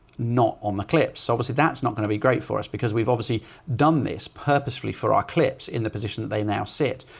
not on the clips. obviously that's not going to be great for us because we've obviously done this purposefully for our clips in the position that they now sit.